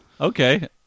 Okay